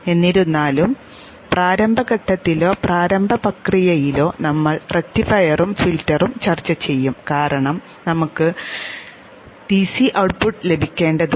എന്നിരുന്നാലും പ്രാരംഭ ഘട്ടത്തിലോ പ്രാരംഭ പ്രക്രിയയിലോ നമ്മൾ റക്റ്റിഫയറും ഫിൽട്ടറും ചർച്ച ചെയ്യും കാരണം നമ്മൾക്ക് ഡിസി ഔട്ട്പുട്ട് ലഭിക്കേണ്ടതുണ്ട്